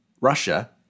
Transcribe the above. Russia